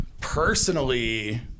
personally